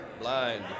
Blind